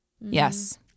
Yes